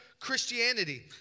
Christianity